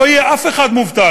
לא יהיה אף אחד מובטל.